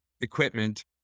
equipment